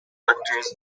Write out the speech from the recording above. actors